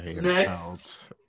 next